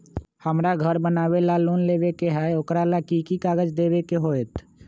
हमरा घर बनाबे ला लोन लेबे के है, ओकरा ला कि कि काग़ज देबे के होयत?